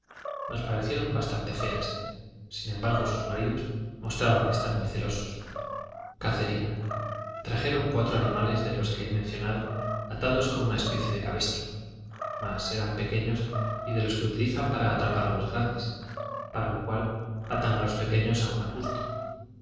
nos parecieron bastante feas sin embargo sus maridos mostraban estar muy celosos cacería trajeron cuatro animales de los que he mencionado atados con una especie de cabestro mas eran pequeños y de los que utilizan para atrapar a los grandes para lo cual atan a los pequeños a un arbusto